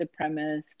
supremacist